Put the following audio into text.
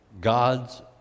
God's